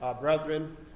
brethren